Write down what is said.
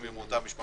אם הם מאותה משפחה.